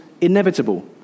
inevitable